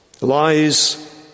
lies